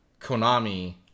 Konami